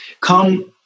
come